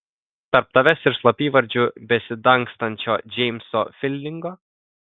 tarp tavęs ir slapyvardžiu besidangstančio džeimso fildingo